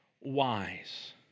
wise